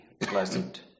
pleasant